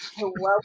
Welcome